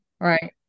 Right